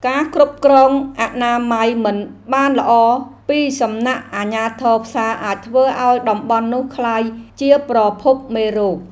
ការគ្រប់គ្រងអនាម័យមិនបានល្អពីសំណាក់អាជ្ញាធរផ្សារអាចធ្វើឱ្យតំបន់នោះក្លាយជាប្រភពមេរោគ។